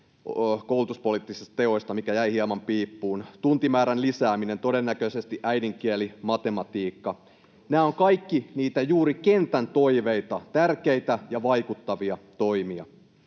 koulutuspoliittisista teoista ja mikä jäi hieman piippuun, tuntimäärien lisäämiseen, todennäköisesti äidinkielen ja matematiikan. Nämä ovat kaikki juuri niitä kentän toiveita, tärkeitä ja vaikuttavia toimia.